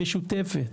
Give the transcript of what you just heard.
משותפת,